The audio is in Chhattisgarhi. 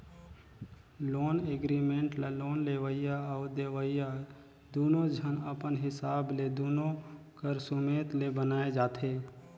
लोन एग्रीमेंट ल लोन लेवइया अउ देवइया दुनो झन अपन हिसाब ले दुनो कर सुमेत ले बनाए जाथें